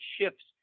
shifts